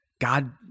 God